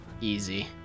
Easy